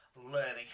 learning